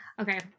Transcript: Okay